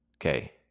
Okay